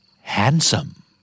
Handsome